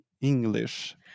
English